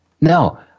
no